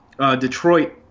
Detroit